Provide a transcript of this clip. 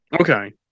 Okay